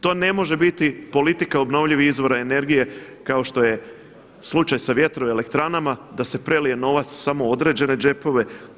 To ne može biti politika obnovljivih izvora energije kao što je slučaj sa vjetroelektranama da se prelije novac samo u određene džepove.